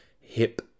hip